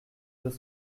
deux